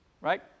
Right